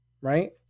right